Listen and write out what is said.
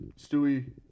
Stewie